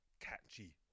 catchy